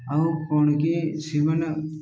ଆଉ କ'ଣ କି ସେମାନେ